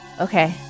Okay